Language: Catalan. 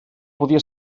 podia